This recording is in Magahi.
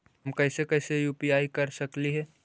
हम कैसे कैसे यु.पी.आई कर सकली हे?